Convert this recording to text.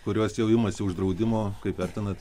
kurios jau imasi uždraudimo kaip vertinat